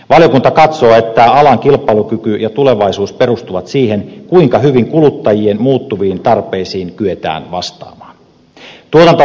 valiokunta katsoo että alan kilpailukyky ja tulevaisuus perustuvat siihen kuinka hyvin kuluttajien muuttuviin tarpeisiin kyetään vastaamaan